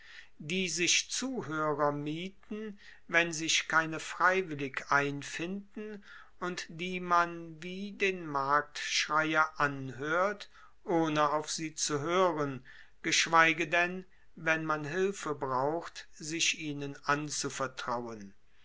die sich zuhoerer mieten wenn sich keine freiwillig einfinden und die man wie den marktschreier anhoert ohne auf sie zu hoeren geschweige denn wenn man hilfe braucht sich ihnen anzuvertrauen